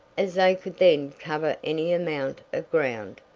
as they could then cover any amount of ground,